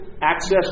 Access